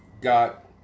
got